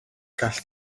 gall